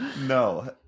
no